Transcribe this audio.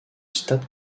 stade